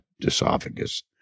esophagus